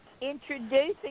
introducing